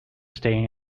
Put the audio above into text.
stay